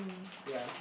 ya